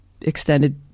extended